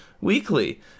weekly